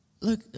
Look